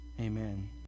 Amen